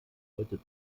leute